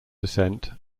descent